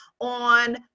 on